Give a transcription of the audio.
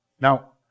Now